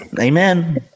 Amen